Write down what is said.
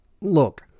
Look